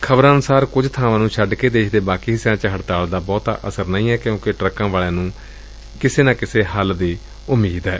ਖ਼ਬਰਾਂ ਅਨੁਸਾਰ ਕੁਝ ਬਾਵਾਂ ਨੂੰ ਛੱਡ ਕੇ ਦੇਸ਼ ਦੇ ਬਾਕੀ ਹਿੱਸਿਆਂ ਚ ਹੜਤਾਲ ਦਾ ਬਹੁਤਾ ਅਸਰ ਨਹੀਂ ਏ ਕਿਉਂਕਿ ਟਰੱਕਾਂ ਵਾਲਿਆਂ ਨੂੰ ਕਿਸੇ ਨਾ ਕਿਸੇ ਹੱਲ ਦੀ ਉਮੀਦ ਏ